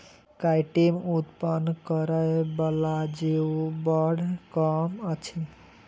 chitin उत्पन्न करय बला जीव बड़ कम अछि